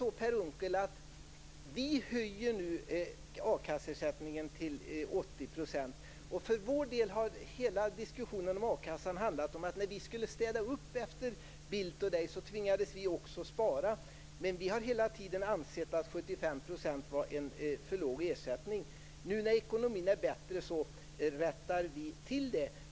Vi socialdemokrater höjer nu akasseersättningen till 80 %. För vår del har hela diskussionen om a-kassan handlat om att när vi skulle städa upp efter Bildt och Unckel tvingades vi också spara. Men vi har hela tiden ansett att 75 % är för låg ersättning. Nu när ekonomin är bättre rättar vi till det.